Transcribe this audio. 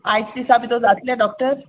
आयच दिसा भितोर जातलें डॉक्टर